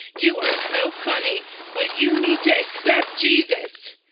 you are so funny. but you need to accept jesus.